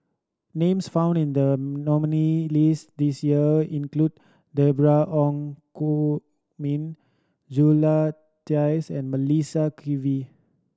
names found in the nominee' list this year include Deborah Ong Gu Min Jula and Melissa Kwee